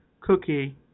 cookie